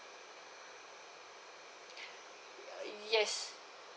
yes